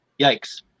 Yikes